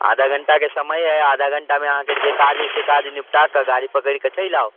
आधा घण्टाके समय अइ आधा घण्टामे अहाँके जे काज अइ से काज निपटा कऽ गाड़ी पकड़ि कऽ चलि आउ